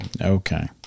Okay